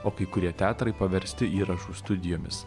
o kai kurie teatrai paversti įrašų studijomis